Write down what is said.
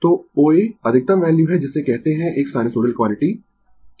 तो O A अधिकतम value है जिसे कहते है एक साइनसोइडल क्वांटिटी की